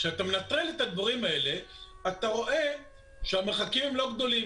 כשאתה מנטרל את הדברים האלה אתה רואה שהמרחקים הם לא גדולים.